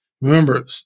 Remember